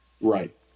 Right